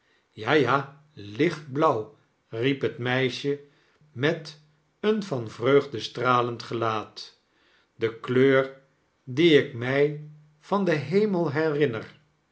ja ja iichtblauw i riep het meisje met een van vreugde stralend gelaat de kleur die ik mij van den hemel herinner